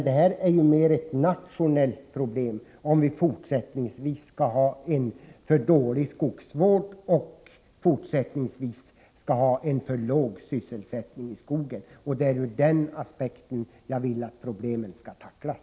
Det är emellertid mer ett nationellt problem om vi fortsättningsvis skall ha en för dålig skogsvård och en för låg sysselsättning i skogen. Det är ur den aspekten jag vill att problemet skall tacklas.